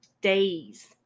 days